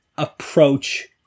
Approach